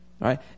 Right